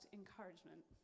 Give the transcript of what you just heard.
encouragement